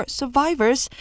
survivors